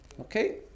Okay